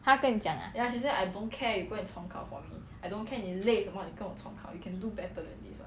她跟你讲 ah